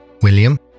William